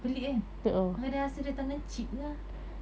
pelik kan angah rasa dia tanam chip lah